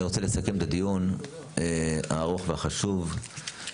אני רוצה לסכם את הדיון הארוך והחשוב במספר נקודות: